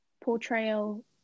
portrayal